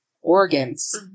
organs